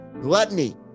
gluttony